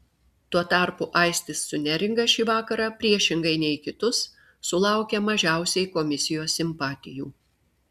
tuo tarpu aistis su neringa šį vakarą priešingai nei kitus sulaukė mažiausiai komisijos simpatijų